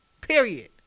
period